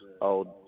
old